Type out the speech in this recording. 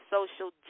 Social